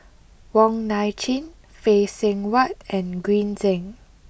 Wong Nai Chin Phay Seng Whatt and Green Zeng